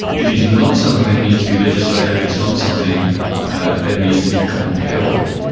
it is not something that needs to be legislated it's not something that needs to be compelled.